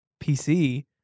PC